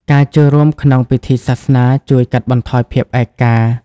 ការចូលរួមក្នុងពិធីសាសនាជួយកាត់បន្ថយភាពឯកា។